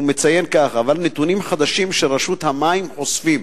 הוא מציין כך: אלה נתונים חדשים שרשות המים אוספים.